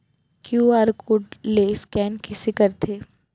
QR code ले scan कइसे करथे?